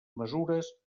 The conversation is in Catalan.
mesures